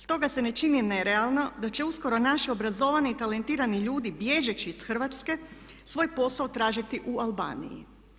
Stoga se ne čini nerealno da će uskoro naši obrazovani i talentirani ljudi bježeći iz Hrvatske svoj posao tražiti u Albaniji.